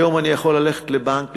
היום אני יכול ללכת לבנק,